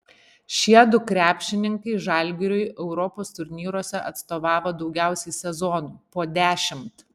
šiedu krepšininkai žalgiriui europos turnyruose atstovavo daugiausiai sezonų po dešimt